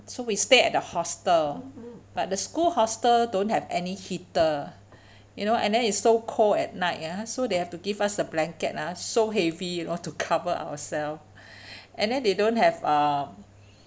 so we stay at the hostel but the school hostel don't have any heater you know and then it's so cold at night ah so they have to give us a blanket ah so heavy you know to cover ourselves and then they don't have uh